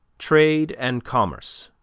trade and commerce,